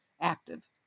active